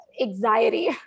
anxiety